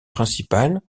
principale